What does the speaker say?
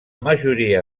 majoria